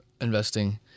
investing